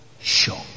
shock